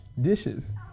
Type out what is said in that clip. dishes